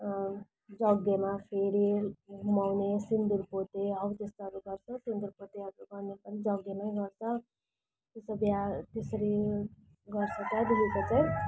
जग्गेमा फेरे घुमाउने सिन्दूर पोते हौ त्यस्तोहरू गर्छ सिन्दूर पोते अब गर्ने पनि जग्गेमै गर्छ त्यस्तो बिहा त्यसरी गर्छ